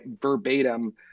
verbatim